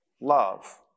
love